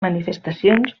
manifestacions